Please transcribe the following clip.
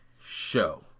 show